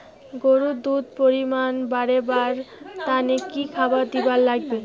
গরুর দুধ এর পরিমাণ বারেবার তানে কি খাবার দিবার লাগবে?